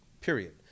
period